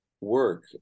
work